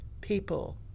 people